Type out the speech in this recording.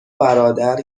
برادر